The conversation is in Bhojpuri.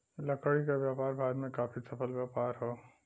लकड़ी क व्यापार भारत में काफी सफल व्यापार हौ